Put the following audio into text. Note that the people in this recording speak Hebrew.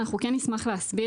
אנחנו כן נשמח להסביר,